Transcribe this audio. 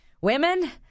women